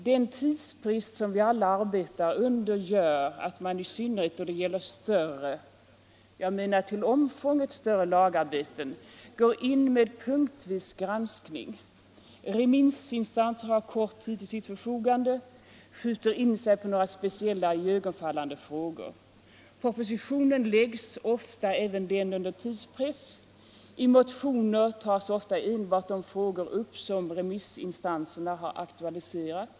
Den tidsbrist som vi alla arbetar under gör att man i synnerhet då det gäller till omfånget större lagarbeten går in med punktvis granskning. Remissinstanser har kort tid till sitt förfogande och skjuter in sig på några speciella, iögonfallande frågor. Även propositioner framläggs ofta under tidspress. I motioner tas ofta upp enbart de frågor som remissinstanserna har aktualiserat.